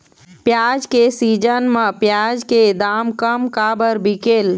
प्याज के सीजन म प्याज के दाम कम काबर बिकेल?